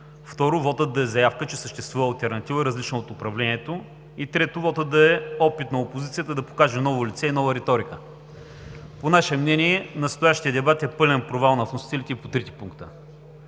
Второ, вотът да е заявка, че съществува алтернатива, различна от управлението. Трето, вотът да е опит на опозицията да покаже ново лице и нова риторика. По наше мнение, настоящият дебат е пълен провал на вносителите и по трите пункта.